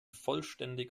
vollständig